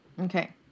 okay